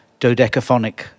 dodecaphonic